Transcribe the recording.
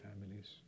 families